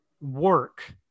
work